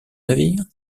navire